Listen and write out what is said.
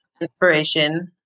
inspiration